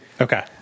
okay